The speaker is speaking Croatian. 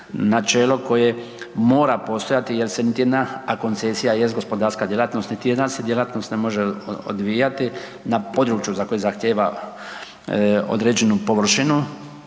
načelo koje mora postojati jer se niti jedna, a koncesija jest gospodarska djelatnost, niti jedna se djelatnost ne može odvijati na području za koje zahtjeva određenu površinu